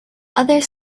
others